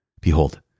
Behold